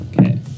Okay